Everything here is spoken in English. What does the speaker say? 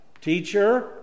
Teacher